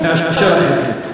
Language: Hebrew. נאשר לך את זה.